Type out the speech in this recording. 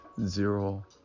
Zero